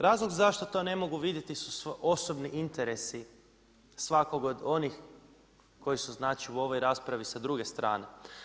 Razlog zašto to ne mogu vidjeti su osobni interesi svakog od onih koji su znači u ovoj raspravi sa druge strane.